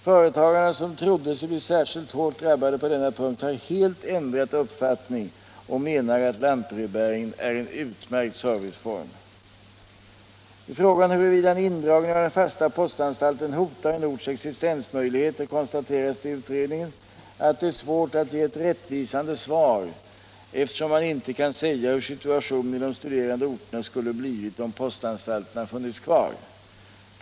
Företagare, som trodde sig bli särskilt hårt drabbade på denna punkt, har helt ändrat uppfattning och menar att lantbrevbäringen är en utmärkt serviceform. I frågan huruvida indragning av en fast postanstalt hotar en orts existensmöjligheter konstateras det i utredningen att det är svårt att ge ett rättvisande svar eftersom man inte kan säga hur situationen i de studerade orterna skulle ha blivit om postanstalten hade funnits kvar.